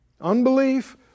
Unbelief